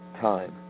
time